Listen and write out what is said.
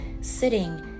sitting